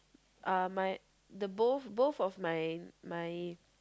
uh my the both both of my my